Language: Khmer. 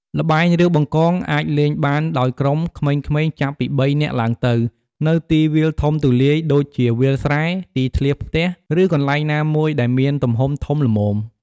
ល្បែងរាវបង្កង អាចលេងបានដោយក្រុម ក្មេងៗចាប់ពី ៣ នាក់ឡើងទៅ នៅទីវាលធំទូលាយ ដូចជាវាលស្រែ ទីធ្លាផ្ទះ ឬកន្លែងណាមួយដែលមានទំហំធំល្មម។